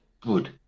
good